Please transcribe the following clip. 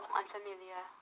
unfamiliar